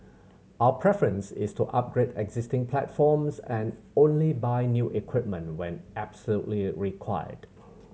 our preference is to upgrade existing platforms and only buy new equipment when absolutely required